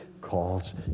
calls